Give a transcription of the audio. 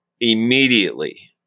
immediately